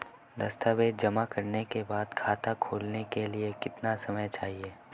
दस्तावेज़ जमा करने के बाद खाता खोलने के लिए कितना समय चाहिए?